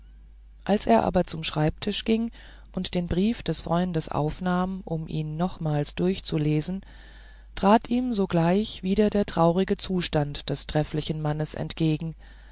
als er aber zum schreibtisch ging und den brief des freundes aufnahm um ihn nochmals durchzulesen trat ihm sogleich wieder der traurige zustand des trefflichen mannes entgegen